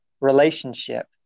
relationship